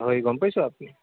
হয় গম পাইছোঁ আপুনি